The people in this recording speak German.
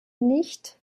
nicht